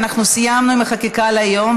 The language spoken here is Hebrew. סיימנו עם החקיקה להיום,